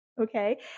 Okay